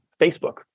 Facebook